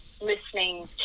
listening